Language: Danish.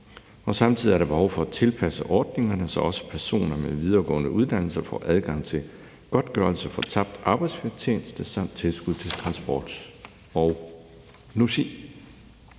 og samtidig er der behov for at tilpasse ordningerne, så også personer med videregående uddannelser får adgang til godtgørelse for tabt arbejdsfortjeneste samt tilskud til transport og logi.